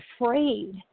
afraid